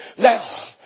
Now